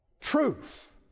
Truth